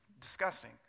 disgusting